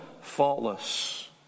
faultless